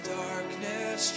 darkness